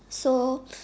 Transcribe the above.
so